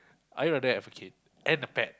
I rather have a kid and a pet